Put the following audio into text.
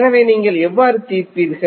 எனவே நீங்கள் எவ்வாறு தீர்ப்பீர்கள்